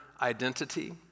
identity